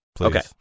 Okay